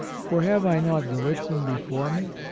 for have i not gallitzin before me?